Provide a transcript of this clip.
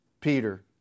Peter